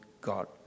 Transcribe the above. God